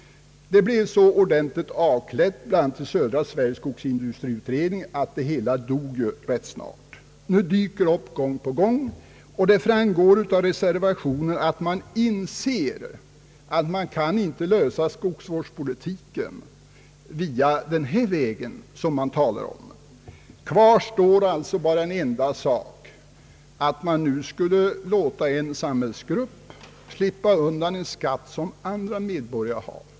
Det hela blev ordentligt avklätt bl.a. i södra Sveriges skogsindustriutredning så att saken dog rätt snart. Nu dyker det hela upp gång på gång, och det framgår av reservationer att man inser att man inte kan lösa skogsvårdsproblemet på den väg som man här har talat om, Kvar står alltså bara en enda sak, och det är att man nu skulle låta en samhällsgrupp slippa undan en skatt som andra medborgare har.